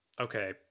Okay